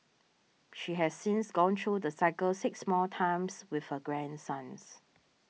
she has since gone through the cycle six more times with her grandsons